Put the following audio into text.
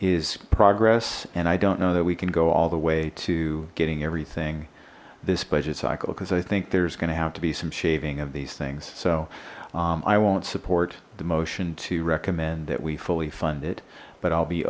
is progress and i don't know that we can go all the way to getting everything this budget cycle because i think there's gonna have to be some shaving of these things so i won't support the motion to recommend that we fully fund it but i'll be